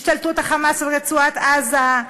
השתלטות ה"חמאס" על רצועת-עזה,